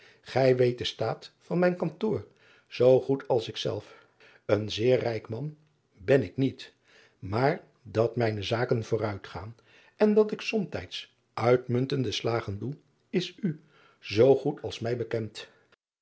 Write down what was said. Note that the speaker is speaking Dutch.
ij weet den staat van mijn kantoor zoo goed als ik zelf en zeer rijk man hen ik niet maar dat mijne zaken vooruitgaan en dat ik somtijds uitmuntende slagen doe is u zoo goed als mij be